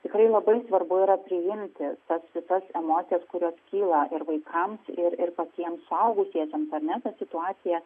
tikrai labai svarbu yra priimti tas visas emocijas kurios kyla ir vaikams ir ir patiems suaugusiesiems ar ne ta situacija